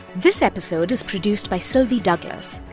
this episode is produced by sylvie douglis.